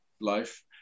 life